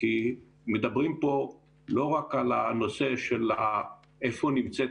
כי מדברים פה לא רק על הנושא איפה נמצאת